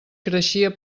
creixia